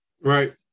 Right